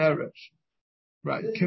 right